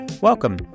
Welcome